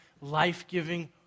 life-giving